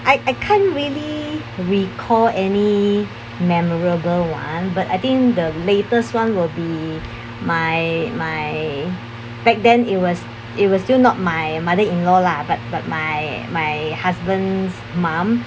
I I can't really recall any memorable one but I think the latest one will be my my back then it was it was still not my mother in law lah but but my my husband's mum